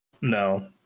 no